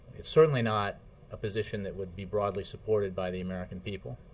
it's certainly not a position that would be broadly supported by the american people